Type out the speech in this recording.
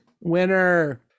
Winner